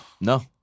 no